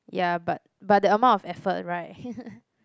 ya but but the amount of effort right